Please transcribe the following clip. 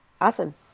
Awesome